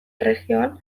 erregioan